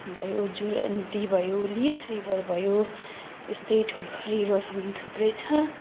भयो जुरन्ती नदी भयो लिस रिभर भयो यस्तै ठुलो रिभरहरू पनि थुप्रै छ